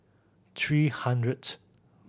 three hundredth